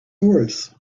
horse